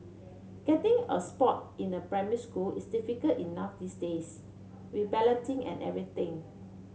getting a spot in a primary school is difficult enough these days with balloting and everything